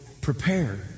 prepare